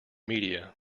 media